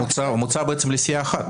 הוא מוצע לסיעה אחת.